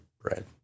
bread